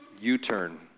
U-turn